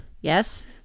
Yes